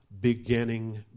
beginning